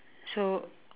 so